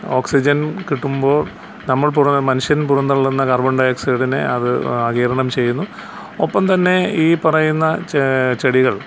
oxygen കിട്ടുമ്പോൾ നമ്മൾ പുറ മനുഷ്യൻ പുറം തള്ളുന്ന കാർബൺഡൈ ഓക്സൈഡിനെ അത് ആഗീരണം ചെയ്യുന്നു ഒപ്പം തന്നെ ഈ പറയുന്ന ചെ ചെടികൾ